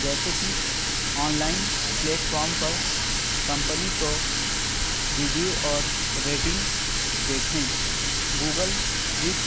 جیسے کہ online platform پر کمپنی کو ریویو اور ریٹنگ دیکھیں گوگل ٹرپ